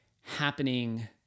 happening